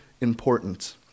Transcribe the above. important